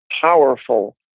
powerful